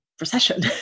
recession